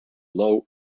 low